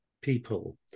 people